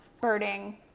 birding